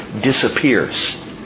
disappears